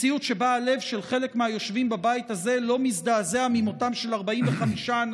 מציאות שבה הלב של חלק מהיושבים בבית הזה לא מזדעזע ממותם של 45 אנשים,